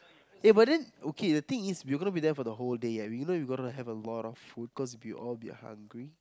eh but then okay the thing is we're gonna be there for the whole day eh you know we gonna have a lot of food cause we'll all be hungry